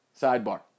Sidebar